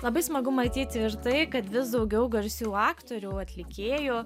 labai smagu matyti ir tai kad vis daugiau garsių aktorių atlikėjų